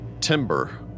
Timber